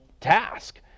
task